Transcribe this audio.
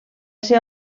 ser